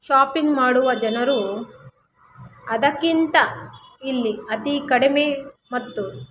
shopping ಮಾಡುವ ಜನರು ಅದಕ್ಕಿಂತ ಇಲ್ಲಿ ಅತೀ ಕಡಿಮೆ ಮತ್ತು